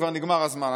וכבר נגמר הזמן,